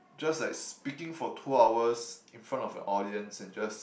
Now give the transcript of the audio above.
just like speaking for two hours in front of an audience and just